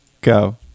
go